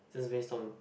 just based on